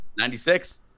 96